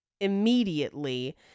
immediately